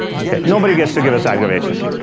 okay, nobody gets to give us aggravation.